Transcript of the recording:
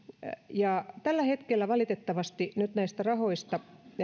ja tällä hetkellä valitettavasti nyt näistä rahoista